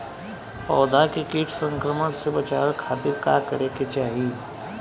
पौधा के कीट संक्रमण से बचावे खातिर का करे के चाहीं?